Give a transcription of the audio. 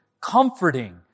comforting